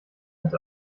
hat